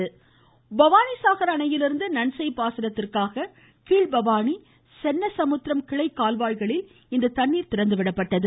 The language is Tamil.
பவானி சாகர் பவானிசாகர் அணையிலிருந்து நன்செய் பாசனத்திற்காக கீழ்பவானி சென்னசமுத்திரம் கிளைகால்வாய்களில் இன்று தண்ணீர் திறந்து விடப்பட்டது